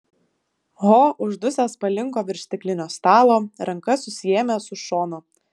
ho uždusęs palinko virš stiklinio stalo ranka susiėmęs už šono